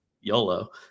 YOLO